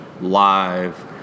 live